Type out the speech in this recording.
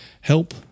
help